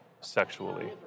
sexually